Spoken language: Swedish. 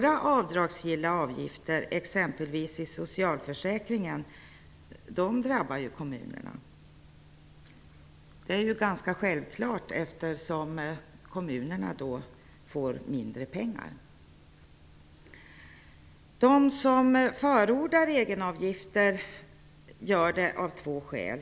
Avdragsgilla avgifter i exempelvis socialförsäkringen drabbar ju kommunerna. Det är ganska självklart, eftersom kommunerna då får mindre pengar. De som förordar egenavgifter gör det av två skäl.